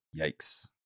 yikes